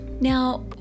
Now